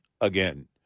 again